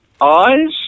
eyes